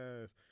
yes